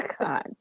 God